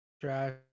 trash